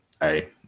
Hey